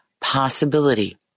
possibility